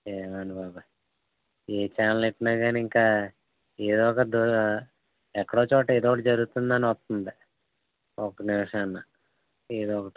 లేదండి బాబు ఏ ఛానల్ ఎత్తినా కానీ ఇంకా ఏదో ఒకటి ఎక్కడో ఒక చోట ఏదో ఒకటి జరుగుతుందని వస్తుంది ఒక్క నిమిషం అన్న ఏదో ఒకటి